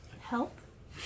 Help